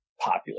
popular